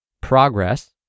Progress